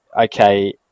okay